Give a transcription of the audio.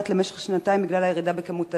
למשך שנתיים בגלל הירידה בכמות הדגה.